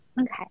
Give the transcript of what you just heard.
Okay